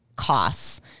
costs